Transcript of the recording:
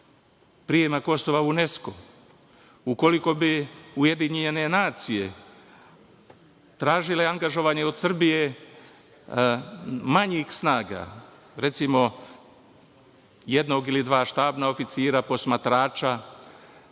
prijema Kosova u UNESKO, ukoliko bi UN tražile angažovanje od Srbije manjih snaga, recimo jednog ili dva štabna oficira, posmatrača,